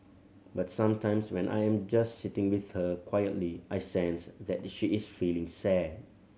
but sometimes when I am just sitting with her quietly I sense that she is feeling sad